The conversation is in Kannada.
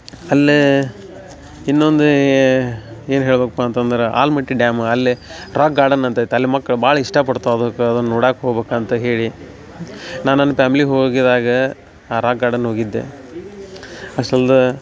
ಅಲ್ಲಿ ಇನ್ನೊಂದು ಏನು ಹೇಳಬೇಕಪ್ಪ ಅಂತಂದ್ರೆ ಆಲ್ಮಟ್ಟಿ ಡ್ಯಾಮ್ ಅಲ್ಲಿ ರಾಕ್ ಗಾರ್ಡನ್ ಅಂತ ಐತಿ ಅಲ್ಲಿ ಮಕ್ಳು ಭಾಳ ಇಷ್ಟಪಡ್ತಾವೆ ಅದಕ್ಕೆ ಅದನ್ನು ನೋಡಕ್ಕ ಹೋಗ್ಬೇಕ್ ಅಂತ ಹೇಳಿ ನಾನು ನನ್ನ ಪ್ಯಾಮ್ಲಿ ಹೋಗಿದ್ದಾಗ ಆ ರಾಕ್ ಗಾರ್ಡನ್ ಹೋಗಿದ್ದೆ ಅಷ್ಟಲ್ದೆ